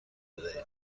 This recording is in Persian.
بدهید